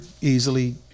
easily